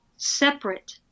Separate